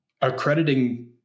Accrediting